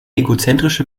egozentrische